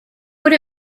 what